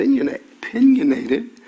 opinionated